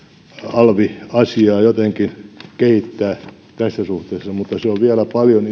alviasiaa jotenkin kehittää tässä suhteessa mutta se on vielä paljon